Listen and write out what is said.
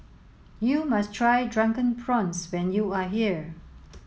you must try drunken prawns when you are here